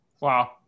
Wow